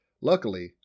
Luckily